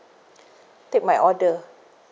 take my order